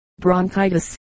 bronchitis